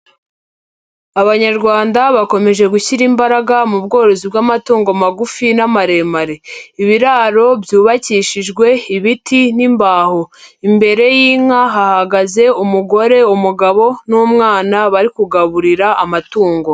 Abanyarwanda bakomeje gushyira imbaraga mu bworozi bw'amatungo magufi n'amaremare, ibiraro byubakishijwe ibiti n'imbaho, imbere y'inka hahagaze umugore, umugabo n'umwana bari kugaburira amatungo.